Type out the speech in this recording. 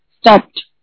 stopped